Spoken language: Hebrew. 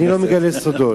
אני לא מגלה סודות.